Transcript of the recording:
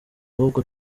ahubwo